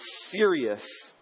serious